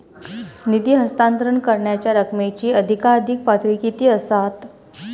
निधी हस्तांतरण करण्यांच्या रकमेची अधिकाधिक पातळी किती असात?